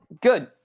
Good